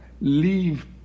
Leave